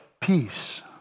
peace